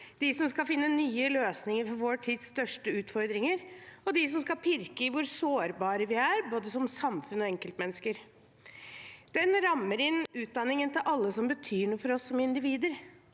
dem som skal finne nye løsninger for vår tids største utfordringer, og dem som skal pirke i hvor sårbare vi er både som samfunn og som enkeltmennesker. Den rammer inn utdanningen til alle som betyr noe for oss som individer